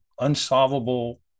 unsolvable